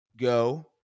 go